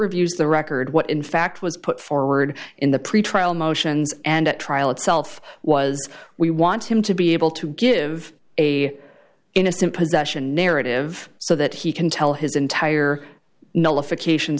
reviews the record what in fact was put forward in the pretrial motions and at trial itself was we want him to be able to give a innocent possession narrative so that he can tell his entire nullification